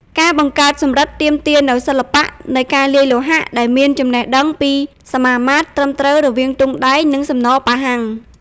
ការបង្កើតសំរឹទ្ធិទាមទារនូវ សិល្បៈនៃការលាយលោហៈ ដែលមានចំណេះដឹងពីសមាមាត្រត្រឹមត្រូវរវាងទង់ដែង និងសំណប៉ាហាំង។